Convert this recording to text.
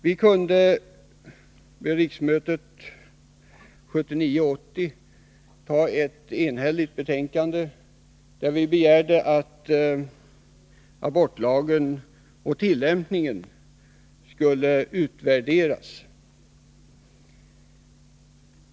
Vid riksmötet 1979/80 begärde vi i ett enhälligt betänkande att abortlagen och dess tillämpning skulle utvärderas.